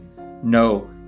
No